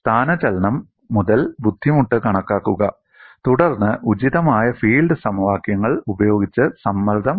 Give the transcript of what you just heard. സ്ഥാനചലനം മുതൽ ബുദ്ധിമുട്ട് കണക്കാക്കുക തുടർന്ന് ഉചിതമായ ഫീൽഡ് സമവാക്യങ്ങൾ ഉപയോഗിച്ച് സമ്മർദ്ദം